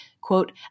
quote